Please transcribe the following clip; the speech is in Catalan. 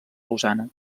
lausana